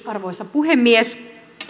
arvoisa puhemies